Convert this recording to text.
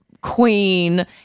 Queen